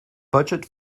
budget